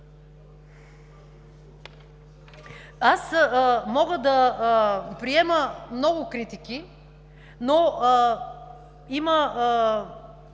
Аз мога да приема много критики, но има